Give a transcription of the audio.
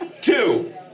Two